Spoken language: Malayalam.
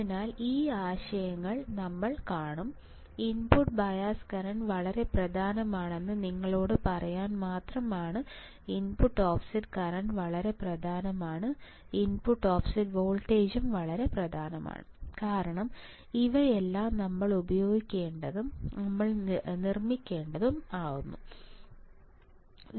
അതിനാൽ ഈ ആശയങ്ങൾ നമ്മൾ കാണും input bias current input offset current input offset voltage എന്നിവ വളരെ പ്രധാനമാണ് കാരണം ഇവയെല്ലാം നമ്മൾ ഉപയോഗിക്കേണ്ടതും നമ്മൾ നിർമ്മിക്കേണ്ടതുമുണ്ട്